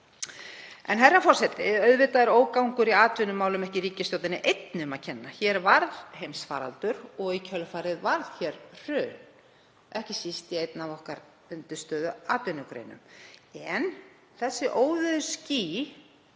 Herra forseti. Auðvitað er ógangur í atvinnumálum ekki ríkisstjórninni einni að kenna. Hér varð heimsfaraldur og í kjölfarið varð hér hrun, ekki síst í einni af undirstöðuatvinnugreinum okkar. En þessi óveðursský,